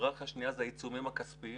היררכיה שנייה זה העיצומים הכספיים.